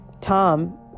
Tom